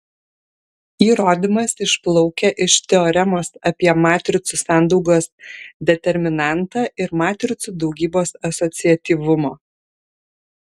įrodymas išplaukia iš teoremos apie matricų sandaugos determinantą ir matricų daugybos asociatyvumo